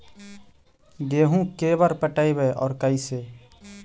गेहूं के बार पटैबए और कैसे?